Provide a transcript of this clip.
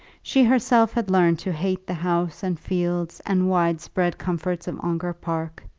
she herself had learned to hate the house and fields and widespread comforts of ongar park.